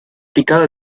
picado